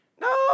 No